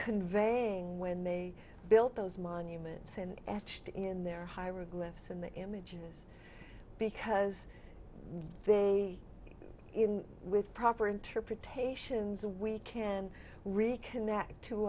conveying when they built those monuments and etched in their hieroglyphs and the images because they in with proper interpretations we can reconnect to